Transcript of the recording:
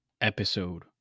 episode